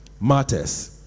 matters